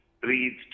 breathed